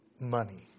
money